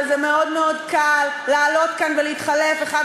וזה מאוד מאוד קל לעלות כאן ולהתחלף האחד